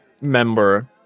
member